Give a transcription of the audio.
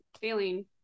feeling